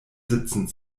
sitzen